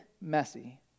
messy